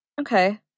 Okay